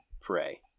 pray